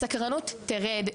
הסקרנות תרד,